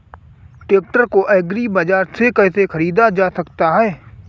Tractor को agri बाजार से कैसे ख़रीदा जा सकता हैं?